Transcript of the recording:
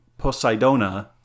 Poseidona